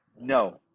No